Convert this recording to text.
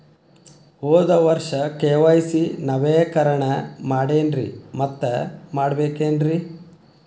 ಹೋದ ವರ್ಷ ಕೆ.ವೈ.ಸಿ ನವೇಕರಣ ಮಾಡೇನ್ರಿ ಮತ್ತ ಮಾಡ್ಬೇಕೇನ್ರಿ?